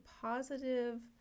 positive